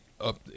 up